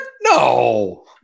no